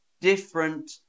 different